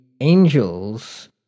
angels